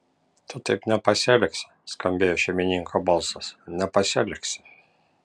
tu taip nepasielgsi skambėjo šeimininko balsas nepasielgsi